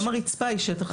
גם הרצפה היא שטח שמיש.